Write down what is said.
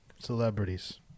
Celebrities